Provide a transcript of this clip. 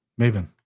Maven